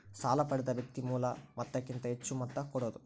ಸಾಲ ಪಡೆದ ವ್ಯಕ್ತಿ ಮೂಲ ಮೊತ್ತಕ್ಕಿಂತ ಹೆಚ್ಹು ಮೊತ್ತ ಕೊಡೋದು